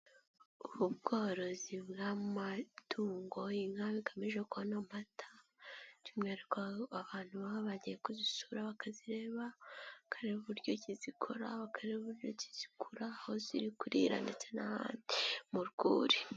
Ubu bworozi bw'amatungo inka bigamije kubona amata by'umwihariko ahantu baba bagiye kuzisura bakazireba, bakareba uburyo ki zikora, bakareba uburyo ki zikura, aho ziri kurira ndetse n'ahandi mu rwuri.